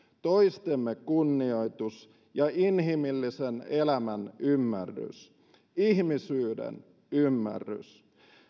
toistemme kunnioitus ja inhimillisen elämän ymmärrys ihmisyyden ymmärrys